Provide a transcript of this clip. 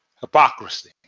hypocrisy